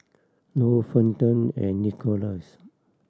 Lou Fenton and Nicholaus